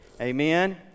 Amen